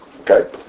Okay